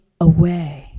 away